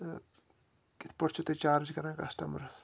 تہٕ کِتھ پٲٹھۍ چھُو تُہۍ چارٕج کَران کَسٹمَرَس